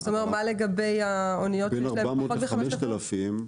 מה לגבי אניות שהן בין 400 ל-5,000?